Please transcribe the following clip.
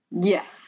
Yes